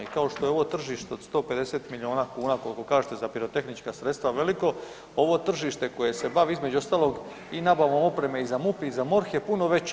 I kao što je ovo tržište od 150 milijuna kuna koliko kažete za pirotehnička sredstva veliko, ovo tržište koje se bavi između ostalog i nabavom opreme i za MUP i za MORH je puno veće.